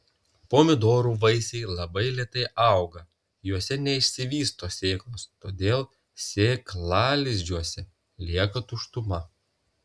pomidorų vaisiai labai lėtai auga juose nesivysto sėklos todėl sėklalizdžiuose lieka tuštuma